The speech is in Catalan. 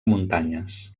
muntanyes